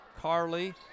Carly